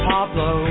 Pablo